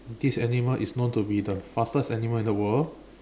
this animal is known to be the fastest animal in the world